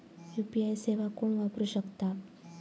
UPI सेवा कोण वापरू शकता?